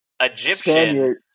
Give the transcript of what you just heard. Egyptian